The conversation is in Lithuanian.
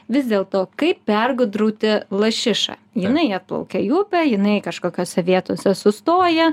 vis dėlto kaip pergudrauti lašišą jinai atplaukia į upę jinai kažkokiose vietose sustoja